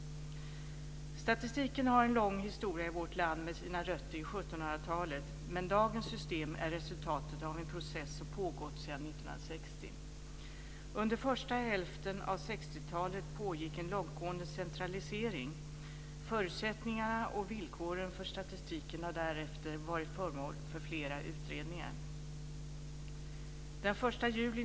Statistiken har en lång historia i vårt land med rötter i 1700-talet, men dagens system är resultatet av en process som har pågått sedan 1960. Under första hälften av 60-talet pågick en långtgående centralisering. Förutsättningarna och villkoren för statistiken har därefter varit föremål för flera utredningar.